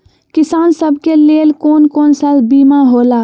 किसान सब के लेल कौन कौन सा बीमा होला?